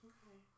Okay